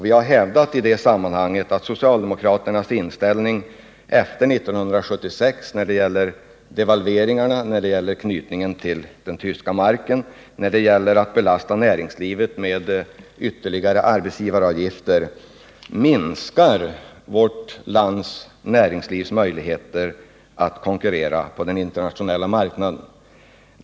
Vi har i det sammanhanget hävdat att socialdemokraternas inställning efter 1976, när det gäller devalveringarna, anknytningen av vår valuta till den tyska marken och när det gäller att belasta näringslivet med ytterligare arbetsgivaravgifter, minskar vårt näringslivs möjligheter att konkurrera på den internationella marknaden.